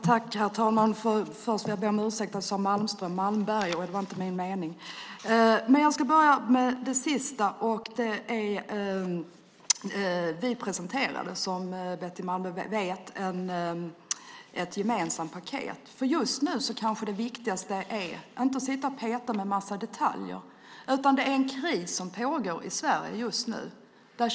Herr talman! Jag ska börja med det som sades sist. Vi presenterade, som Betty Malmberg vet, ett gemensamt paket. Det viktigaste just nu kanske inte är att sitta och peta med en massa detaljer. Det pågår en kris i Sverige.